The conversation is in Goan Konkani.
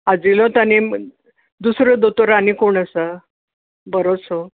आजिलोत आनी दुसरो दोतोर आनी कोण आसा बरोसो